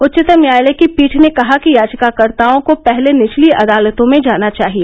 उच्चतम न्यायालय की पीठ ने कहा कि याचिकाकर्ताओं को पहले निचली अदालतों में जाना चाहिए